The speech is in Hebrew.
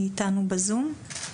היא איתנו בזום?